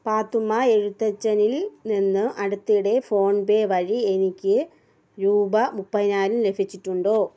പാത്തുമ്മ എഴുത്തച്ഛനിൽ നിന്ന് അടുത്തിടെ ഫോൺപേ വഴി എനിക്ക് രൂപ മുപ്പതിനായിരം ലഭിച്ചിട്ടുണ്ടോ